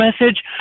message